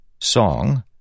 Song